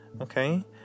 Okay